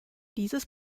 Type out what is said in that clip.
dieses